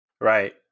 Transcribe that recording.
Right